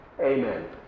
Amen